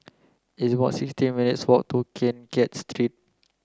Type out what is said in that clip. it's about sixteen minutes' walk to Keng Kiat Street